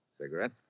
Cigarette